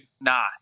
nah